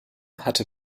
hatte